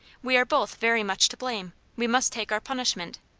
we are both very much to blame we must take our punishment.